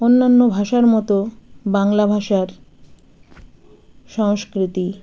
অন্যান্য ভাষার মতো বাংলা ভাষার সংস্কৃতি